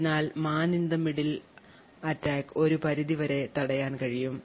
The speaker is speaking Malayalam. അതിനാൽ Man in the middle attack ഒരു പരിധി വരെ തടയാൻ കഴിയും